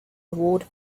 award